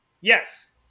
yes